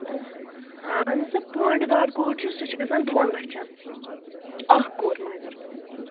اہن ہسا پوٚنڈٕ دار کوٚر چھُ سُہ چھُ گژھان دۄن لَچھَن اَکھ کوٚر مگر